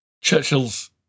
Churchill's